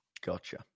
Gotcha